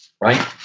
right